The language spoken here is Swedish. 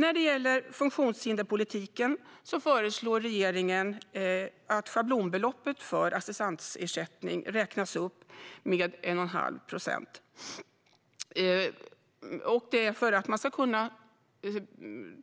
När det gäller funktionshinderspolitiken föreslår regeringen att schablonbeloppet för assistansersättning räknas upp med 1 1⁄2 procent. Det är för att man ska kunna